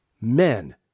men